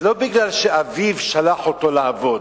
לא כי אביו שלח אותו לעבוד,